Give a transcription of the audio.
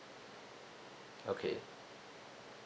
okay